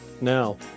Now